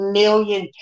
million